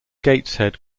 gateshead